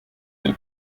del